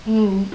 mm